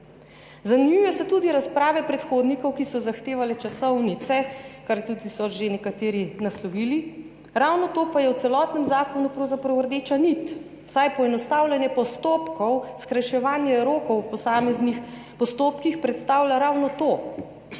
Zanimive so tudi razprave predhodnikov, ki so zahtevali časovnice, kar so tudi že nekateri naslovili, ravno to pa je v celotnem zakonu pravzaprav rdeča nit, saj poenostavljanje postopkov, skrajševanje rokov v posameznih postopkih predstavlja ravno to.